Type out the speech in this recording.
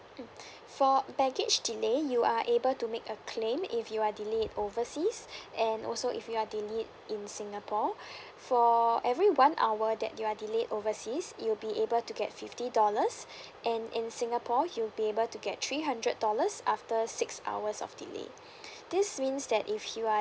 mm so baggage delay you are able to make a claim if you are delayed overseas and also if you are delayed in singapore for every one hour that you are delayed overseas you'll be able to get fifty dollars and in singapore you'll be able to get three hundred dollars after six hours of delay this means that if you are